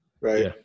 right